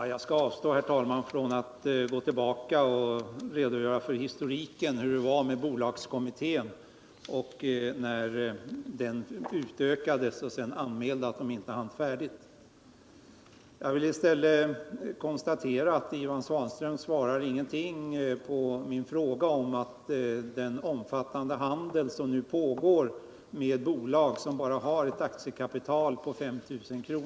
Herr talman! Jag skall avstå från att gå tillbaka till historiken och redogöra för hur det var när bolagskommittén utökades och sedan anmälde att den inte hann få arbetet färdigt. Jag vill i stället konstatera att Ivan Svanström inte svarar någonting på min fråga om den omfattande handel som nu pågår med bolag som bara har ett aktiekapital på 5 000 kr.